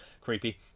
creepy